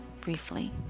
briefly